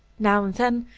now and then,